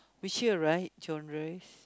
which year right genres